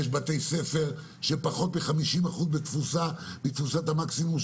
יש בתי ספר שהם פחות מ-50% מתפוסת המקסימות,